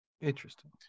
Interesting